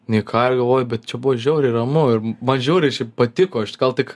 nei ką ir galvoju bet čia buvo žiauriai ramu ir man žiauriai šiaip patiko aš gal tik